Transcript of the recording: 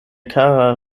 kara